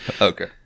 Okay